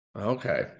okay